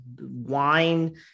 wine